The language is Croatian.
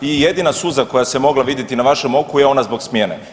I jedina suza koja se je mogla vidjeti na vašem oku je ona zbog smjene.